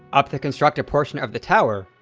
up the constructed portion of the tower,